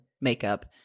makeup